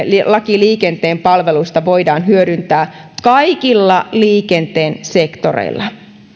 laki liikenteen palveluista voidaan hyödyntää kaikilla liikenteen sektoreilla